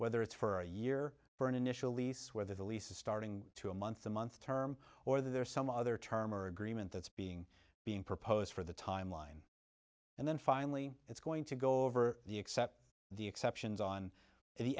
whether it's for a year for an initial lease whether the lease is starting to a month to month term or there's some other term or agreement that's being being proposed for the timeline and then finally it's going to go over the except the exceptions on